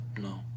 No